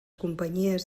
companyies